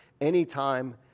anytime